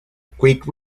quick